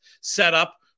setup